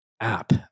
app